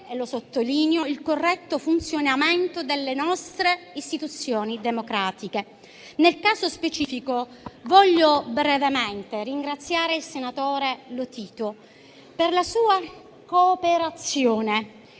e lo sottolineo - il corretto funzionamento delle nostre istituzioni democratiche. Nel caso specifico, voglio brevemente ringraziare il senatore Lotito per la sua cooperazione